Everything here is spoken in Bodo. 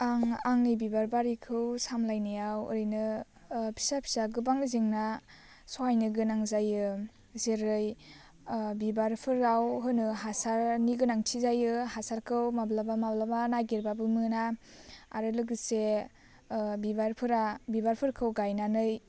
आं आंनि बिबार बारिखौ सामलायनायाव ओरैनो फिसा फिसा गोबां जेंना सहायनो गोनां जायो जेरै बिबारफोराव होनो हासारनि गोनांथि जायो हासारखौ माब्लाबा माब्लाबा नागिरबाबो मोना आरो लोगोसे बिबारफोरा बिबारफोरखौ गायनानै